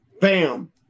bam